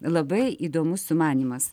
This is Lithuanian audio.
labai įdomus sumanymas